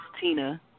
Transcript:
Tina